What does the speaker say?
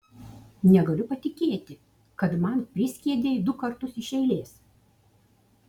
negaliu patikėti kad man priskiedei du kartus iš eilės